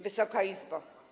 Wysoka Izbo!